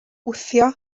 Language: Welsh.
wthio